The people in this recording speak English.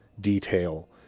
detail